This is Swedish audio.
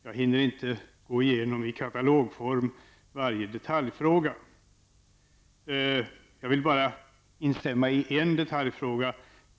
Jag hinner inte att gå igenom i katalogform varje detaljfråga. Jag vill bara instämma i en detaljfråga.